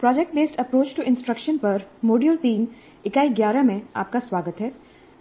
project based approach to instruction पर module 3 इकाई 11 में आपका स्वागत है